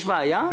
יש בעיה?